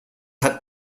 hat